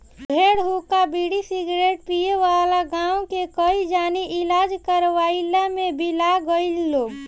ढेर हुक्का, बीड़ी, सिगरेट पिए वाला गांव के कई जानी इलाज करवइला में बिला गईल लोग